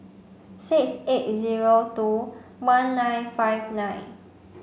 six eight zero two one nine five nine